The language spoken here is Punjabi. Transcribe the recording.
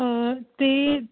ਅਤੇ